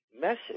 message